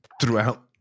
throughout